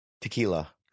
Tequila